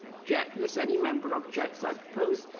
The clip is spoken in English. yeah unless any member objects, i propose,